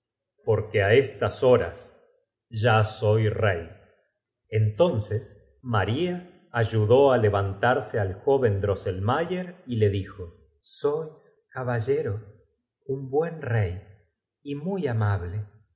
porque á estas horas ya soy rey entonces maria ayudó á levantars e al joven drosselm ayer y le lijo sois caballero un buen l ey y muy amable y